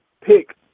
pick